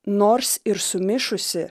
nors ir sumišusi